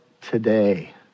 today